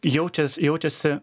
jaučias jaučiasi